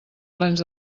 plens